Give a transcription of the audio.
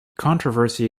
controversy